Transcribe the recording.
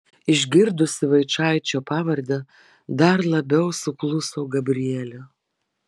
išgirdusi vaičaičio pavardę dar labiau sukluso gabrielė